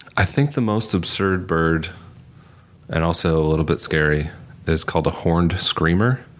i think the most absurd bird and also a little bit scary is called a horned screamer.